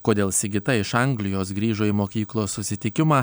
kodėl sigita iš anglijos grįžo į mokyklos susitikimą